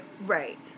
Right